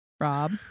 Rob